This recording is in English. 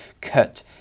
cut